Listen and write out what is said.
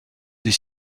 des